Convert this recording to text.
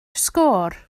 sgôr